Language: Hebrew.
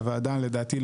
והוועדה לדעתי,